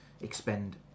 expend